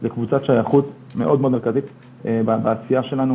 זה מקום מאוד יפה בבניין דוידסון באחת המחלקות שסגרנו,